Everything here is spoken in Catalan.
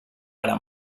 ara